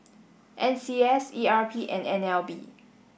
N C S E R P and N L B